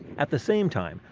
at the same time,